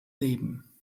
leben